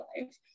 life